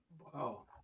Wow